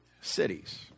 cities